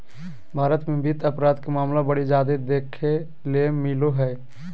भारत मे वित्त अपराध के मामला बड़ी जादे देखे ले मिलो हय